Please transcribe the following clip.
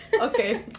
Okay